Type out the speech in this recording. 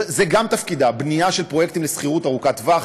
זה גם תפקידה, בניית פרויקטים לשכירות ארוכת טווח.